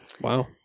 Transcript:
Wow